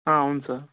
అవును సార్